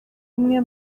imwe